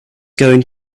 going